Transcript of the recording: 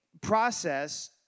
process